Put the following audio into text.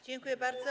Dziękuję bardzo.